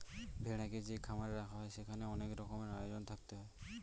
ভেড়াকে যে খামারে রাখা হয় সেখানে অনেক রকমের আয়োজন থাকতে হয়